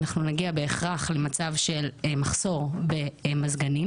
אנחנו נגיע בהכרח למצב של מחסור במזגנים.